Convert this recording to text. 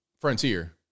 Frontier